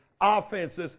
offenses